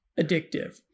addictive